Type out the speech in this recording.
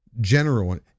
general